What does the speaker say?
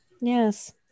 yes